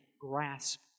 grasp